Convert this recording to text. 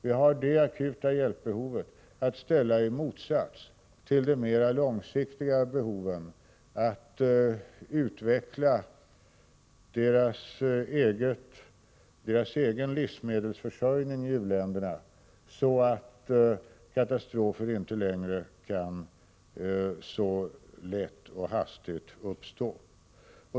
Vi har att ställa detta akuta hjälpbehov i motsats till de mera långsiktiga behoven, att utveckla u-ländernas egen livsmedelsförsörjning så att katastrofer inte längre kan uppstå så lätt och hastigt.